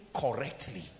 correctly